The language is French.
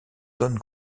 don